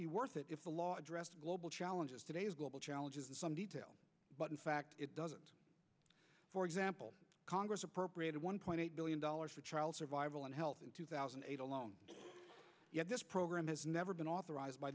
be worth it if the law address global challenges today's global challenges in some detail but in fact it doesn't for example congress appropriated one point eight billion dollars for child survival and health in two thousand and eight alone this program has never been authorized by